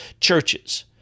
churches